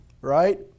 Right